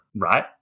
right